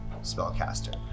spellcaster